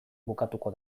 bukatuko